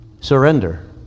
surrender